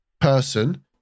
person